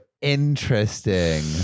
Interesting